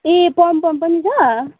ए पमपम पनि छ